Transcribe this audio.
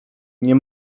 nie